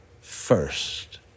first